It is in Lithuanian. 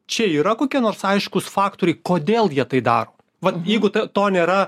čia yra kokie nors aiškūs faktoriai kodėl jie tai daro vat jeigu ta to nėra